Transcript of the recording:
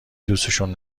دوسشون